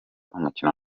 umukino